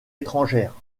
étrangère